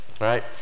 right